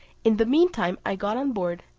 in the meantime i got on board,